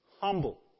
humble